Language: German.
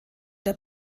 der